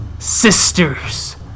sisters